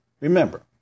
Remember